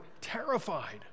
terrified